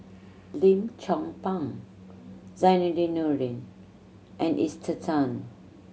Lim Chong Pang Zainudin Nordin and Esther Tan